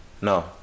no